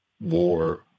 war